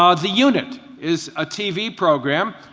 um the unit is a tv program,